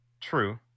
True